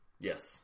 Yes